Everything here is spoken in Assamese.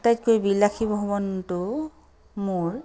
আটাইতকৈ বিলাসী ভ্ৰমণটো মোৰ